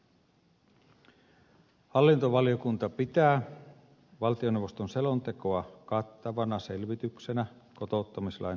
hallintovaliokunta pitää valtioneuvoston selontekoa kattavana selvityk senä kotouttamislain toimeenpanosta